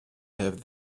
have